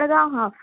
Madgaon half